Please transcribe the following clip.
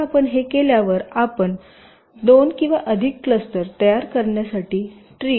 एकदा आपण हे केल्यावर आपण 2 किंवा अधिक क्लस्टर्स तयार करण्यासाठी ट्री कापू शकता